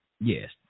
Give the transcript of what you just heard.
Yes